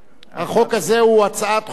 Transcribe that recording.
החוק הזה הוא הצעת חוק הנוער (טיפול והשגחה).